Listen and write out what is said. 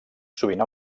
sovint